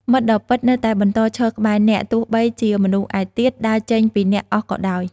មិត្តដ៏ពិតនៅតែបន្តឈរក្បែរអ្នក ទោះបីជាមនុស្សឯទៀតដើរចេញពីអ្នកអស់ក៏ដោយ។